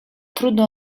trudno